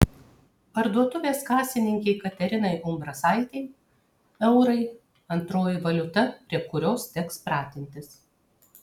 parduotuvės kasininkei katerinai umbrasaitei eurai antroji valiuta prie kurios teks pratintis